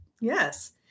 Yes